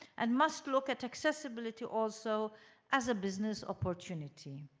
and must look at accessibility also as a business opportunity.